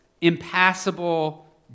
impassable